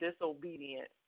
disobedient